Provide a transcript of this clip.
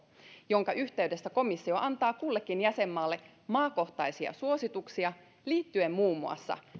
jonka yhteydessä komissio antaa kullekin jäsenmaalle maakohtaisia suosituksia liittyen muun muassa